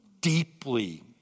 deeply